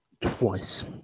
twice